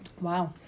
wow